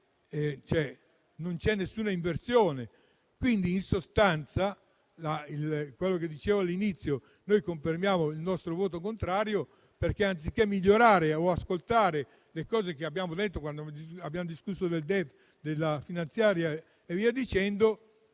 non c'è alcuna inversione, quindi, in sostanza, come dicevo all'inizio, noi confermiamo il nostro voto contrario perché, anziché migliorare o ascoltare le cose che abbiamo detto quando abbiamo discusso del Documento di economia e finanza